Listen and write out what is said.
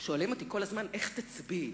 שואלים אותי כל הזמן: איך תצביעי,